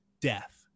death